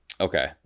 Okay